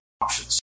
options